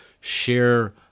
share